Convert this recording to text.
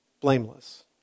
blameless